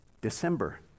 December